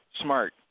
smart